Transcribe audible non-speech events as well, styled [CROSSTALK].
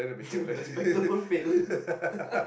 [LAUGHS] respectable fail [LAUGHS]